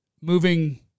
moving